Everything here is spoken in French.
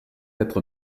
être